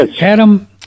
Adam